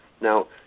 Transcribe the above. now